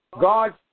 God